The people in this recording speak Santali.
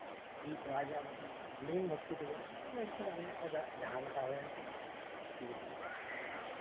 ᱩᱱᱤ ᱠᱚᱲᱟᱜᱮ ᱚᱱᱰᱮᱧ ᱵᱷᱚᱨᱛᱤ ᱠᱮᱫᱮᱭᱟ ᱟᱫᱚᱧ ᱢᱮᱱᱫᱟ ᱡᱟᱸᱦᱟ ᱞᱮᱠᱟ ᱦᱩᱭᱮᱱᱛᱤᱧ ᱤᱧᱟᱹᱜ ᱡᱤᱵᱚᱱ ᱫᱚ ᱜᱤᱫᱽᱨᱟᱹ ᱟᱜ